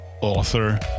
author